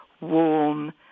warm